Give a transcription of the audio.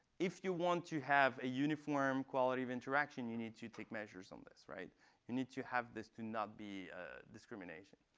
if you want to have a uniform quality of interaction, you need to take measures on this. you need to have this to not be discrimination.